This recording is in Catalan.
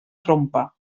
trompa